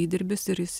įdirbis ir jis